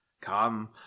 Come